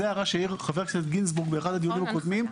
זאת הערה שהעיר חבר הכנסת גינזבורג באחד הדיונים הקודמים.